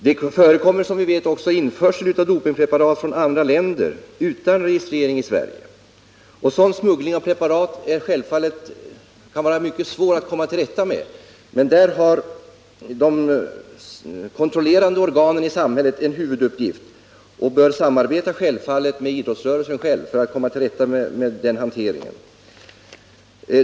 Det förekommer, som vi vet, också införsel av dopingpreparat från andra länder, utan registrering i Sverige, och sådan smuggling av preparat kan självfallet vara mycket svår att komma till rätta med. Men där har de kontrollerande organen i samhället en huvuduppgift, och de bör självfallet samarbeta med idrottsrörelsen för att komma till rätta med hanteringen.